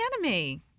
enemy